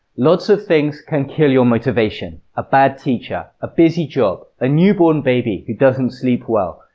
lots of things can kill your motivation a bad teacher, a busy job, a newborn baby who doesn't sleep well,